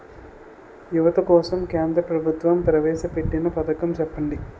యువత కోసం కేంద్ర ప్రభుత్వం ప్రవేశ పెట్టిన పథకం చెప్పండి?